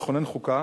לכונן חוקה,